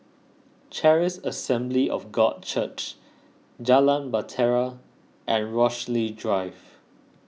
Charis Assembly of God Church Jalan Bahtera and Rochalie Drive